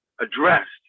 addressed